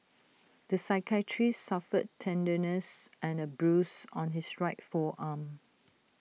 the psychiatrist suffered tenderness and A bruise on his right forearm